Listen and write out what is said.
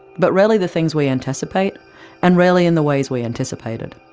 but rarely the things we anticipate and rarely in the ways we anticipated,